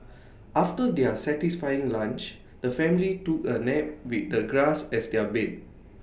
after their satisfying lunch the family took A nap with the grass as their bed